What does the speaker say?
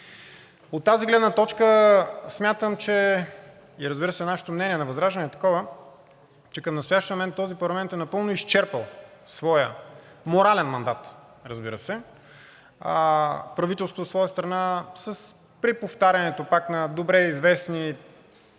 От тази гледна точка смятам, че – и разбира се, нашето мнение, на ВЪЗРАЖДАНЕ, е такова, че към настоящия момент този парламент е напълно изчерпал своя морален мандат, разбира се. Правителството, от своя страна, с преповтарянето пак на добре известни, казвани